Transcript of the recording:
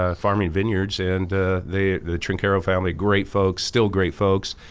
ah farming vineyards, and the trinchero family, great folks, still great folks,